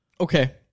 Okay